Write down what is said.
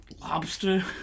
Lobster